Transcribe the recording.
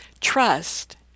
Trust